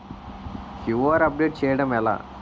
QR update చేయడం ఎలా?